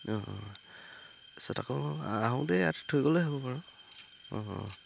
অঁ আকৌ আহোঁতে ইয়াত থৈ গ'লে হ'ব বাৰু অঁ অঁ